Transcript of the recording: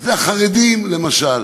זה החרדים, למשל,